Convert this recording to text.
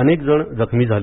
अनेक जण जखमी झाले